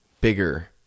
bigger